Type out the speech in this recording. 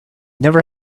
never